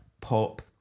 pop